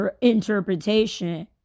interpretation